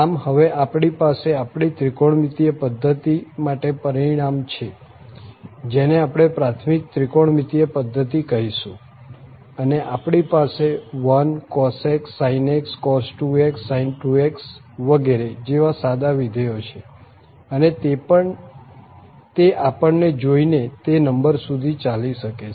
આમ હવે આપણી પાસે આપણી ત્રિકોણમિતિય પધ્ધતિ માટે પરિણામ છે જેને આપણે પ્રાથમિક ત્રિકોણમિતિય પધ્ધતિ કહીશું અને આપણી પાસે 1cos x sin x cos 2x sin 2x વગેરે જેવા સાદા વિધેયો છે અને તે આપણ ને જોઈએ તે નંબર સુધી ચાલી શકે છે